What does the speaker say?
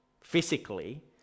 Physically